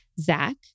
Zach